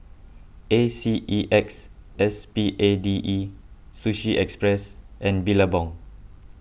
A C E X S P A D E Sushi Express and Billabong